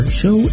show